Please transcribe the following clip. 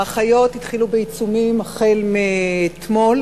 האחיות התחילו בעיצומים אתמול,